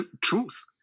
truth